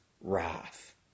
wrath